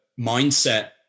mindset